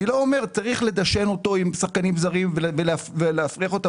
צריך לדשן אותו עם שחקנים זרים ולהפריח אותו,